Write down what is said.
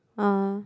oh